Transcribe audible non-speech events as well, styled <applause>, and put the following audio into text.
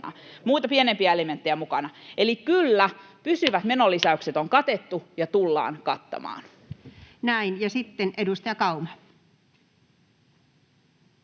Muita, pienempiä elementtejä on mukana. <noise> Eli kyllä, pysyvät menolisäykset on katettu ja tullaan kattamaan. Näin. — Ja sitten edustaja Kauma.